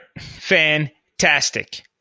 Fantastic